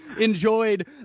enjoyed